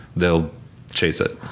they'll chase it.